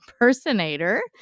impersonator